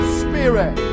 spirit